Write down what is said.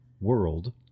world